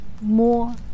more